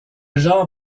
genre